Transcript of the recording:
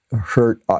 Hurt